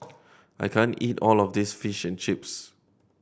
I can't eat all of this Fish and Chips